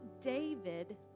David